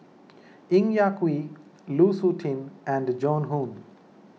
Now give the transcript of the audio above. Ng Yak Whee Lu Suitin and Joan Hon